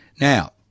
Now